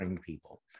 people